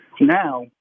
now